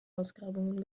ausgrabungen